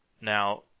Now